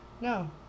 No